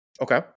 Okay